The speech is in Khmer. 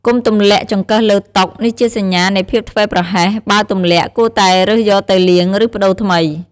កុំទម្លាក់ចង្កឹះលើតុ នេះជាសញ្ញានៃភាពធ្វេសប្រហែស បើទម្លាក់ គួរតែរើសយកទៅលាង ឬប្តូរថ្មី។